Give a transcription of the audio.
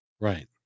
Right